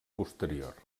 posterior